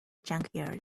junkyard